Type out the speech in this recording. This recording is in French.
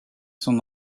son